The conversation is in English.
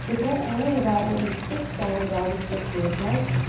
so don't worry about what you think downward dog is supposed to look like,